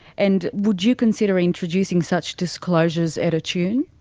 and would you consider introducing such disclosures at attune?